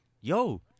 yo